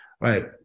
right